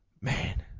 Man